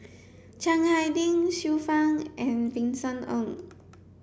Chiang Hai Ding Xiu Fang and Vincent Ng